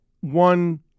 One